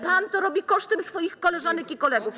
Pan to robi kosztem swoich koleżanek i kolegów.